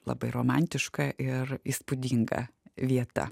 labai romantiška ir įspūdinga vieta